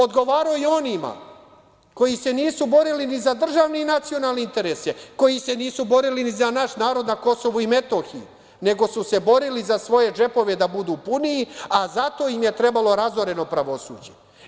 Odgovarao je onima koji se nisu borili ni za državni ni nacionalne interese, koji se nisu borili ni za naš narod na KiM, nego su se borili za svoje džepove da budu puniji, a zato im je trebalo razoreno pravosuđe.